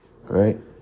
right